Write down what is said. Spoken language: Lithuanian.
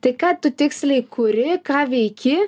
tai ką tu tiksliai kuri ką veiki